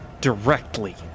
directly